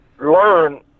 learn